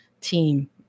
team